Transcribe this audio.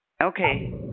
Okay